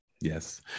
yes